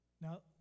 Now